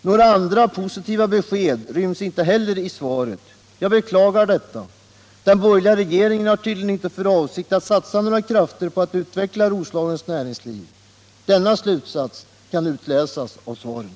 Några andra positiva besked ryms inte heller i svaret. Jag beklagar detta. Den borgerliga regeringen har tydligen inte för avsikt att satsa några krafter på att utveckla Roslagens näringsliv. Denna slutsats kan utläsas av svaret.